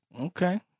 Okay